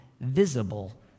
visible